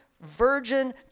virgin